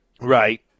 Right